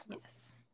Yes